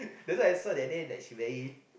that's what I saw that day like she very